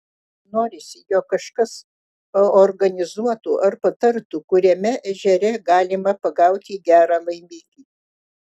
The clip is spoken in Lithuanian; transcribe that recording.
norisi jog kažkas paorganizuotų ar patartų kuriame ežere galima pagauti gerą laimikį